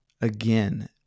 again